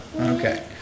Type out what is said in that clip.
Okay